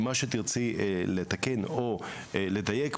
ומה שתרצי לתקן או לדייק,